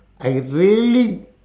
I really